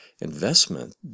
investment